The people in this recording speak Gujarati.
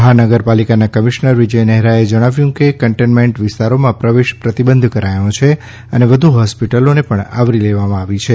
મહાનગરપાલિકાના કમિશનર વિજય નહેરાએ જણાવ્યુ કે કનટેનમેંટ વિસ્તારોમાં પ્રવેશ પ્રતિબંધિત કરાયો છે અને વધુ હોસ્પિટલોને પણ આવરી લેવામાં આવી છે